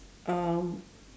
um